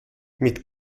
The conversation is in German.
mit